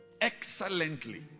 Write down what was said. excellently